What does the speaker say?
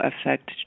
affect